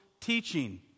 teaching